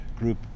group